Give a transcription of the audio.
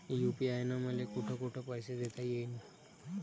UPI न मले कोठ कोठ पैसे देता येईन?